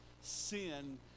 sin